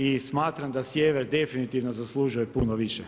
I smatram da sjever definitivno zaslužuje puno više.